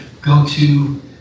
go-to